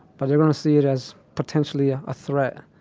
but they're going to see it as potentially a ah threat,